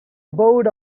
board